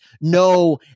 no